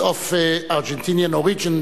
is from an Argentinean origin,